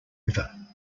river